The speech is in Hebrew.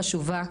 החשובה.